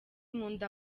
nkunda